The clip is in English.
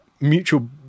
mutual